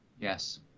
Yes